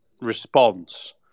response